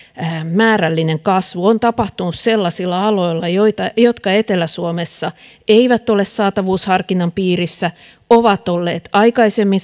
määrällinen kasvu on tapahtunut sellaisilla aloilla jotka etelä suomessa eivät ole saatavuusharkinnan piirissä jotka ovat olleet aikaisemmin